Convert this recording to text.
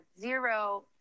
zero